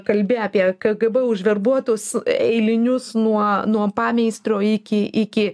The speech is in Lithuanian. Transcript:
kalbi apie kgb užverbuotus eilinius nuo nuo pameistrio iki iki